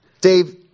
Dave